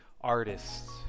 artists